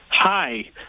Hi